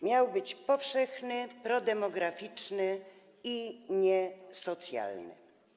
Miał być powszechny, prodemograficzny i niesocjalny.